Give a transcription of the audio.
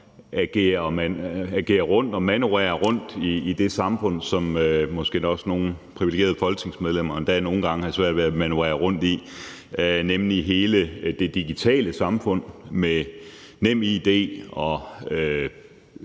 svært ved at manøvrere i det samfund, som måske endda også nogle privilegerede folketingsmedlemmer nogle gange har svært ved at manøvrere i, nemlig hele det digitale samfund med NemID og